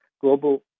global